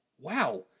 Wow